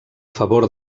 favor